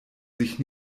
sich